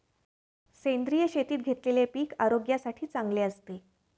सेंद्रिय शेतीत घेतलेले पीक आरोग्यासाठी चांगले असते